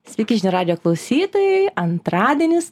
sveiki žinių radijo klausytojai antradienis